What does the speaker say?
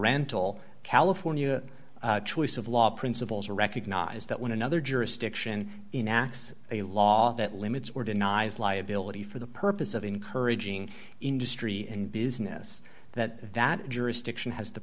rental california choice of law principles or recognize that when another jurisdiction enacts a law that limits or denies liability for the purpose of encouraging industry and business that that jurisdiction has the